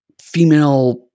female